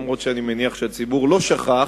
למרות שאני מניח שהציבור לא שכח,